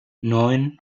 neun